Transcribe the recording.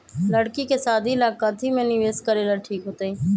लड़की के शादी ला काथी में निवेस करेला ठीक होतई?